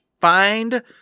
find